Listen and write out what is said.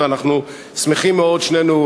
ואנחנו שמחים מאוד שנינו,